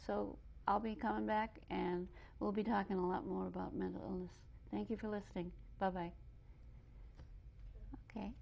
so i'll be going back and we'll be talking a lot more about mental illness thank you for listening but by ok